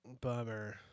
Bummer